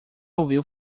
ouviu